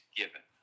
given